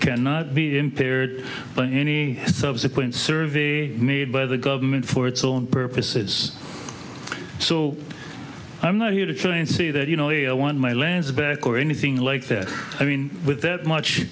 cannot be impaired by any subsequent survey made by the government for its own purposes so i'm not here to try and see that you know my lands back or anything like that i mean with that